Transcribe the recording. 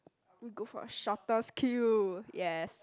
go for shortest queue yes